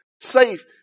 safe